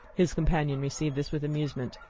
his companion received this with amusement.